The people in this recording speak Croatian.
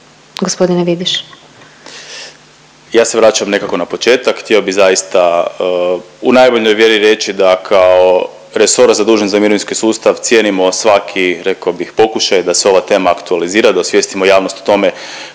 **Vidiš, Ivan** Ja se vraćam nekako na početak, htio bi zaista u najboljoj vjeri reći da kao resor zadužen za mirovinski sustav cijenimo svaki reko bih pokušaj da se ova tema aktualizira, da osvijestimo javnost o tome